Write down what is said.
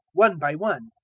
one by one,